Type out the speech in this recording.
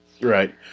Right